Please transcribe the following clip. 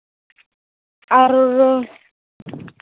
ᱟᱨ